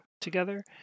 together